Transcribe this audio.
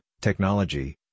technology